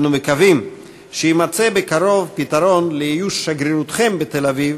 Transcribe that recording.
אנו מקווים שיימצא בקרוב פתרון לאיוש שגרירותכם בתל-אביב,